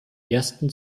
ersten